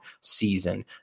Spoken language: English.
season